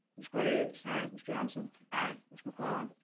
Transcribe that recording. ms. graves. aye. ms. johnson. aye. ms. mcclellan.